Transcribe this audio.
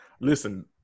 Listen